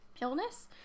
illness